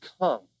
come